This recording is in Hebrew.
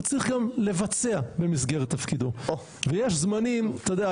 הוא צריך גם לבצע במסגרת תפקידו ויש זמנים אתה יודע,